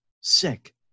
sick